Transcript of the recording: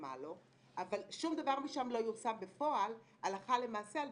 אבל שום דבר משם לא יושם בפועל הלכה למעשה על